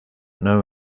know